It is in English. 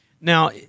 Now